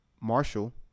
Marshall